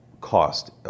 cost